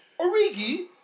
Origi